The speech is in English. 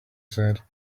said